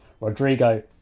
Rodrigo